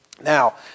Now